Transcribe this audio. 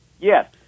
Yes